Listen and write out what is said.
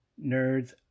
Nerds